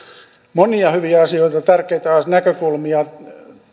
monia hyviä asioita tärkeitä näkökulmia